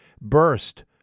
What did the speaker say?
Burst